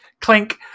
Clink